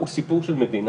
הוא סיפור של מדינה